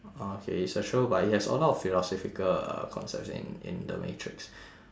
oh okay it's a show but it has a lot of philosophical uh concepts in in the matrix